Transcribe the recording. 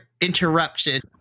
interruption